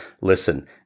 listen